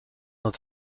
het